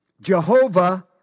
Jehovah